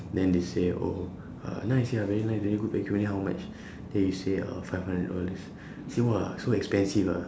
then they say oh uh nice ya very nice very good vacuum then how much then you say uh five hundred dollars say !wah! so expensive ah